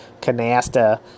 Canasta